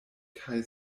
kaj